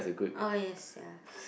oh yes ya